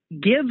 give